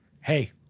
hey